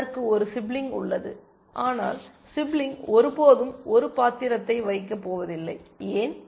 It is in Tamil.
அதற்கு ஒரு சிப்லிங் உள்ளது ஆனால் சிப்லிங் ஒருபோதும் ஒரு பாத்திரத்தை வகிக்கப் போவதில்லை ஏன்